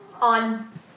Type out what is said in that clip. On